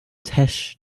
tesh